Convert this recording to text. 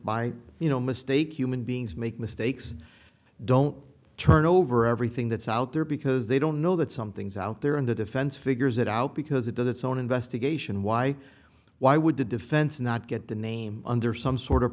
know mistake human beings make mistakes don't turn over everything that's out there because they don't know that something's out there and the defense figures it out because it does its own investigation why why would the defense not get the name under some sort of